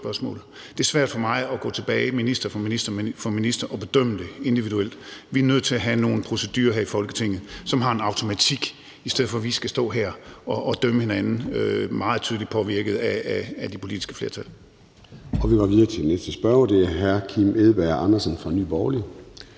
Det er svært for mig at gå tilbage minister for minister og bedømme det individuelt. Vi er nødt til at have nogle procedurer her i Folketinget, som har en automatik, i stedet for at vi skal stå her og dømme hinanden meget tydeligt påvirkede af det politiske flertal. Kl. 16:31 Formanden (Søren Gade): Vi går videre til den næste spørger, og det er hr. Kim Edberg Andersen fra Nye Borgerlige.